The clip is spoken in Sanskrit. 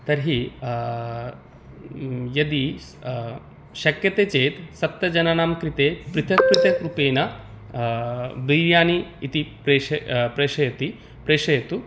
तर्हि यदि शक्यते चेत् सप्तजनानां कृते पृथक् पृथक् रूपेण बिर्यानि इति प्रेष् प्रेषयति प्रेषयतु